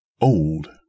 Old